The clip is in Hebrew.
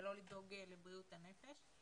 ולא לדאוג לבריאות הנפש.